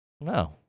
No